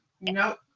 Nope